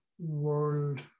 World